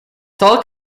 talk